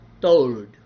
told